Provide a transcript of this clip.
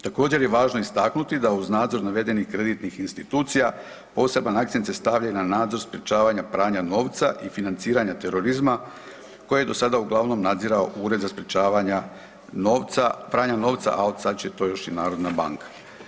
Također je važno istaknuti da uz nadzor navedenih kreditnih institucija poseban akcent se stavlja na nadzor sprečavanja pranja novca i financiranja terorizma koje je do sada uglavnom nadzirao Ured za sprečavanje pranja novca, a od sada će to još i Narodna banka.